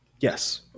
Yes